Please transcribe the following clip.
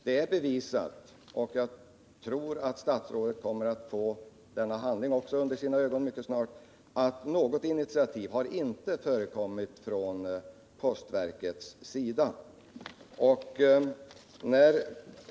Det är bevisat därigenom -— och jag tror att statsrådet kommer att få en handling om detta mycket snart — att något sådant initiativ inte förekommit från postverkets sida.